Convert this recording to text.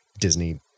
Disney